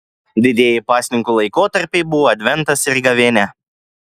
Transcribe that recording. didieji pasninkų laikotarpiai buvo adventas ir gavėnia